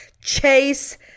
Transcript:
chase